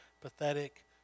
pathetic